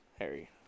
Harry